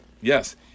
Yes